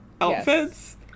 outfits